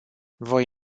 voi